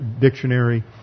dictionary